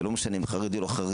זה לא משנה אם חרדי או לא חרדי,